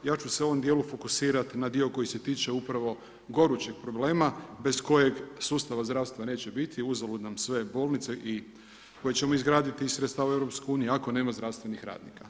Ja ću se u ovom dijelu fokusirati na dio koji se tiče upravo gorućeg problema bez kojeg sustava zdravstva neće biti, uzalud nam sve bolnice koje ćemo izgraditi iz sredstava EU ako nema zdravstvenih radnika.